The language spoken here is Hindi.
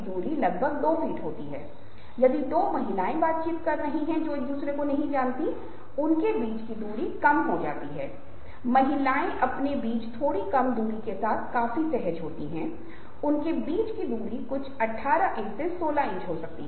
कोई और अधिक तेज़ी से आश्चर्य दिखाता है या प्रतिक्रिया में थोड़ा विलंब होता है आप जानते हैं कि यह वास्तविक आश्चर्य नहीं है और होंठ चौड़े खुले तो चारों ओर तीव्रता बढ़ जाती है जब आश्चर्य बहुत तीव्र होता है